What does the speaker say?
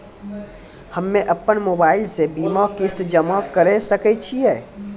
हम्मे अपन मोबाइल से बीमा किस्त जमा करें सकय छियै?